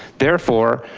therefore,